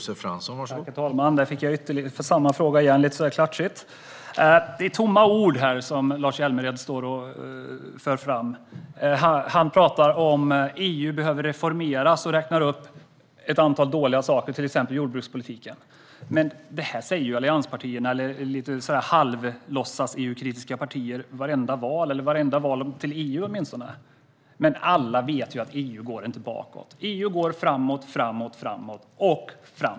Herr talman! Där fick jag samma fråga igen, lite klatschigt så där. Lars Hjälmered kommer med tomma ord. Han talar om att EU behöver reformeras och räknar upp ett antal dåliga saker, till exempel jordbrukspolitiken. Men det säger allianspartierna, eller partier som är EU-kritiska lite halvt på låtsas, vid vartenda val eller åtminstone vid varje val till EU. Men alla vet att EU inte går bakåt. EU går bara framåt.